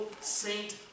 saint